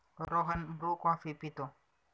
Rohan Bru coffee पितो